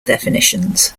definitions